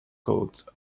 code